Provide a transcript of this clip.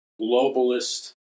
globalist